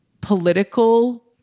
political